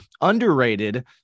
Underrated